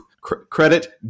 credit